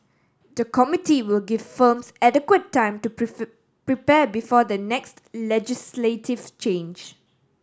the committee will give firms adequate time to prepare before the next legislative change